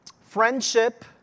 friendship